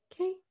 Okay